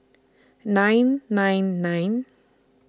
nine nine nine